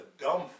dumb